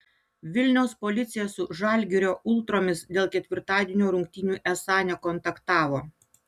vilniaus policija su žalgirio ultromis dėl ketvirtadienio rungtynių esą nekontaktavo